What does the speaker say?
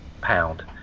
pound